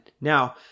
Now